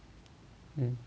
mm